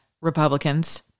Republicans